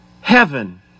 heaven